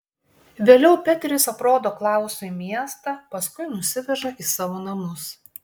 vėliau peteris aprodo klausui miestą paskui nusiveža į savo namus